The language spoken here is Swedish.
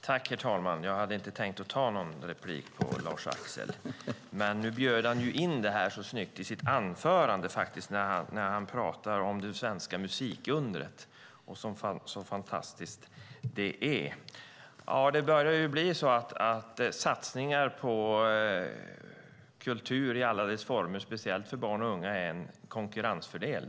Herr talman! Jag hade inte tänkt ta replik på Lars-Axel Nordell, men nu bjöd han in så snyggt i sitt anförande när han talade om det fantastiska svenska musikundret. Satsningar på kultur i alla dess former, speciellt för barn och unga, är en konkurrensfördel.